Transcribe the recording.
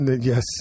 Yes